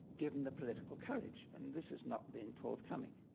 given the political courage. and this has not been forthcoming.